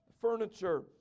furniture